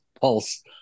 pulse